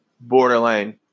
borderline